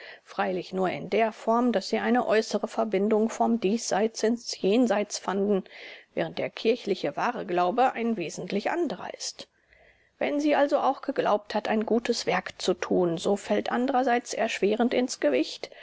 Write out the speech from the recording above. freilich nur in der form daß sie eine äußere verbindung vom diesseits ins jenseits fanden während der kirchliche wahre glaube ein wesentlich anderer ist wenn sie also auch geglaubt hat ein gutes werk zu tun so fällt andererseits erschwerend ins gewicht